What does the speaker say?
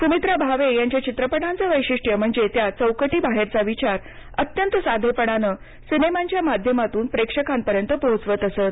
सुमित्रा भावे यांच्या चित्रपटांचं वैशिष्ट्य म्हणजे त्या चौकटी बाहेरचा विचार अत्यंत साधेपणाने सिनेमांच्या माध्यमातून प्रेक्षकांपर्यंत पोहोचवत असत